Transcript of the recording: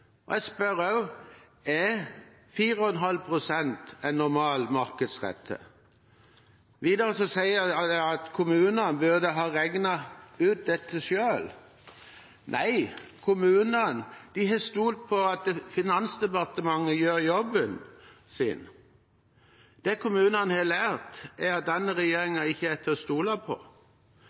Jeg spør også om 4,5 pst. er en normal markedsrente. Videre sies det at kommunene burde ha regnet ut dette selv. Nei, kommunene har stolt på at Finansdepartementet gjør jobben sin. Det kommunene har lært, er at denne regjeringen ikke er til å stole på.